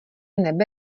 nebe